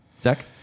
Zach